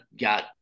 got